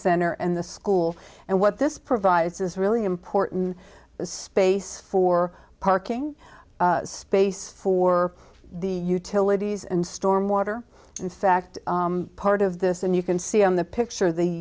center and the school and what this provides is really important space for parking space for the utilities and stormwater in fact part of this and you can see on the picture the